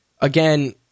again